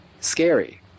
scary